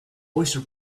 oyster